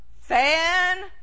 Fan